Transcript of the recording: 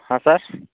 हाँ सर